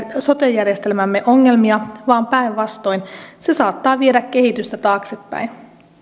sote järjestelmämme ongelmia vaan päinvastoin se saattaa viedä kehitystä taaksepäin